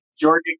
Georgia